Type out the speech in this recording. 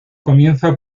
comienza